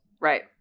right